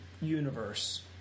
universe